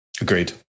Agreed